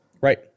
Right